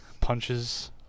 punches